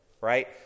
right